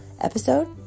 episode